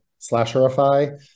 slasherify